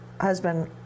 husband